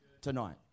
tonight